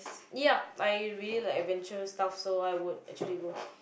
ya I really like adventurer stuff so I would actually go